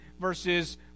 verses